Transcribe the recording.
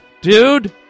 dude